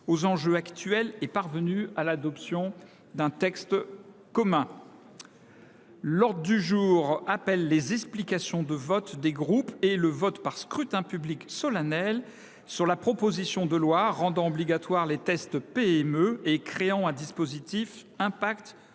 aux enjeux actuels est parvenue à l’adoption d’un texte commun. L’ordre du jour appelle les explications de vote des groupes et le vote par scrutin public solennel sur la proposition de loi rendant obligatoires les « tests PME » et créant un dispositif « Impact Entreprises